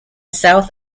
south